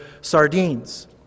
sardines